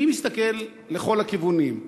מי מסתכל לכל הכיוונים?